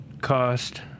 cost